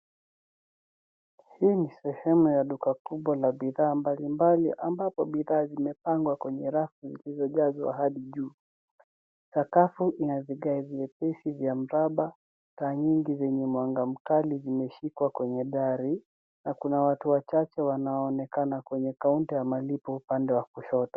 Hii ni sehemu ya duka kubwa la bidhaa mbalimbali ambapo bidhaa zimepangwa kwenye rafu zilizojazwa hadi juu. Sakafu ina vigae vyepesi vya mraba, taa nyingi zenye mwanga mkali zimeshikwa kwenye dari, na kuna watu wachache wanaoonekana kwenye kaunta ya malipo upande wa kushoto.